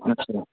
ਅੱਛਾ